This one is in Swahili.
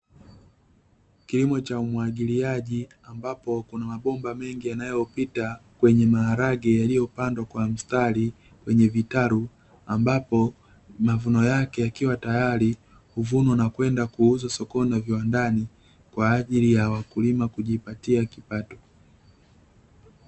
Kilimo cha umwagiiaji, ambapo kuna mabomba mengi yanayopita kwenye maharage yaliyopandwa kwa mstari kwenye vitalu, ambapo mavuno yake yakiwa tayari huvunwa na kwenda kuuzwa sokoni na viwandani, kwa ajili ya wakulima kujipatia kipato.